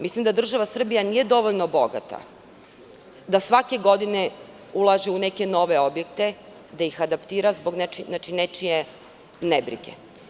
Mislim da država Srbija nije dovoljno bogata da svake godine ulaže u neke nove objekte, da ih adaptira zbog nečije nebrige.